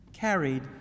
carried